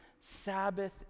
Sabbath